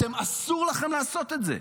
אסור לכם לעשות את זה.